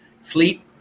sleep